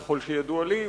ככל שידוע לי,